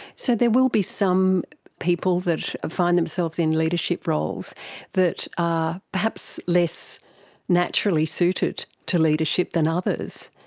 so there will be some people that find themselves in leadership roles that are perhaps less naturally suited to leadership than others.